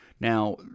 Now